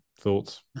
thoughts